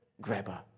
grabber